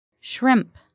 Shrimp